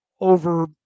over